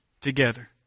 together